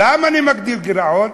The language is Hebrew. למה אני מגדיל גירעון?